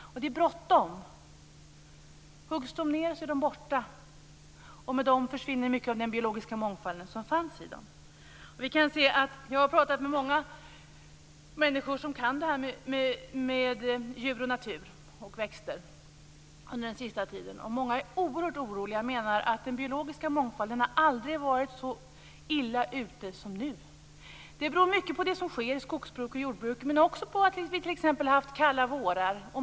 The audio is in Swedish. Och det är bråttom. Huggs de ned så är de borta. Och med dem försvinner mycket av den biologiska mångfald som fanns i dem. Under den senaste tiden har jag talat med ett antal personer som kan det här med djur och natur och även växter, och många är oerhört oroliga och menar att den biologiska mångfalden aldrig har varit så illa ute som den nu är. Det beror i stor utsträckning på det som sker i skogsbruket och jordbruket men också t.ex. på att det har varit kalla vårar.